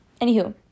anywho